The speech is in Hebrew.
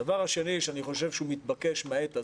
הדבר השני שאני חושב שמתבקש בעת הזאת,